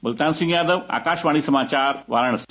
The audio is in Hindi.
मुल्तान सिंह यादव आकाशवाणी समाचार वाराणसी